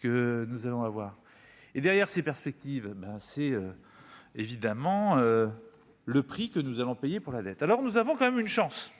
que nous allons avoir, et derrière ces perspectives, ben, c'est évidemment le prix que nous allons payer pour la dette, alors nous avons quand même une chance,